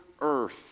earth